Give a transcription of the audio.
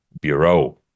bureau